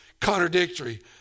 contradictory